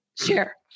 share